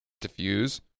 Diffuse